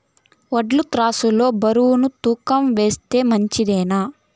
వడ్లు త్రాసు లో బరువును తూకం వేస్తే మంచిదేనా?